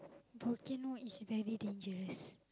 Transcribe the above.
volcano is very dangerous